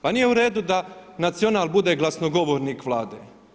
Pa nije u redu da „Nacional“ bude glasnogovornik Vlade.